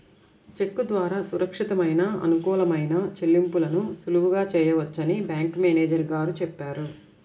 చెక్కు ద్వారా సురక్షితమైన, అనుకూలమైన చెల్లింపులను సులువుగా చేయవచ్చని బ్యాంకు మేనేజరు గారు చెప్పారు